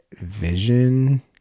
vision